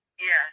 Yes